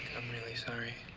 i'm really sorry.